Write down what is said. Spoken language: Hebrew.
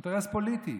אינטרס פוליטי,